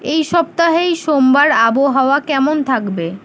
এই সপ্তাহের সোমবার আবহাওয়া কেমন থাকবে